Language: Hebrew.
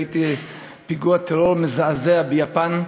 ראיתי פיגוע טרור מזעזע ביפן,